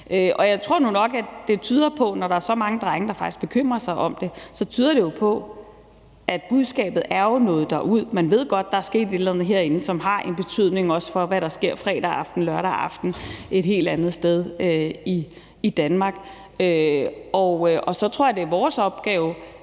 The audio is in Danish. sig om det, tyder det jo på, at budskabet er nået derud. Man ved godt, at der er sket et eller andet herinde, som har en betydning for, hvad der sker fredag aften eller lørdag aften et helt andet sted i Danmark. Og så tror jeg, vi dels har en opgave